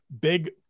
big